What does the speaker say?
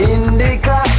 Indica